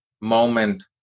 moment